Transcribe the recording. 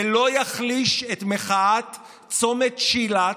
ולא יחליש את מחאת צומת שילת,